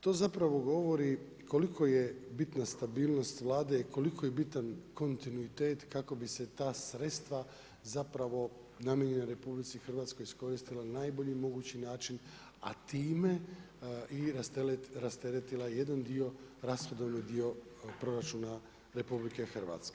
To zapravo govori, koliko je bitna stabilnost Vlade i kolika je bitan kontinuitet kako bi se ta sredstva zapravo namijenjena RH, iskoristila na najbolji mogući način, a time i rasteretila jedan dio, rashodovni dio proračuna RH.